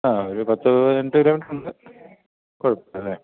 ആ ഒരു പത്ത് പതിനെട്ട് കിലോമീറ്റർ ഉണ്ട് കുഴപ്പം ഇല്ലല്ലൊ